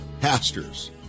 pastors